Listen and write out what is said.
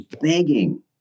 begging